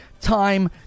time